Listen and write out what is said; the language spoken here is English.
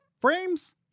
frames